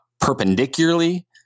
perpendicularly